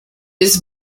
this